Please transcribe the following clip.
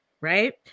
Right